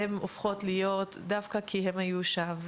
הופכות להיות --- דווקא כי הם היו שם,